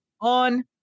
on